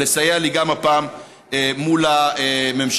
לסייע לי גם הפעם מול הממשלה.